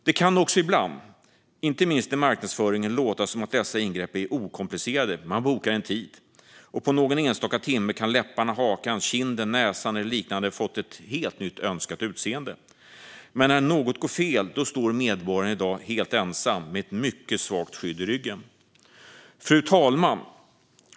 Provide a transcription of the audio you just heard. Det kan också ibland, inte minst i marknadsföringen, låta som att dessa ingrepp är okomplicerade. Man bokar en tid, och på någon enstaka timme kan läpparna, hakan, kinden, näsan eller liknande ha fått ett helt nytt, önskat utseende. Men när något går fel står medborgaren i dag helt ensam med ett mycket svagt skydd i ryggen. Fru talman!